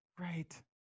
Right